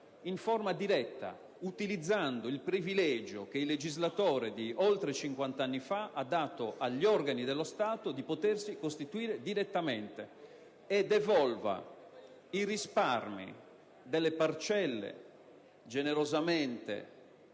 in forma diretta, utilizzando il privilegio, che il legislatore di oltre 50 anni fa ha dato agli organi dello Stato, di potersi costituire direttamente; e che il Senato devolva, come